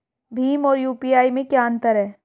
भीम और यू.पी.आई में क्या अंतर है?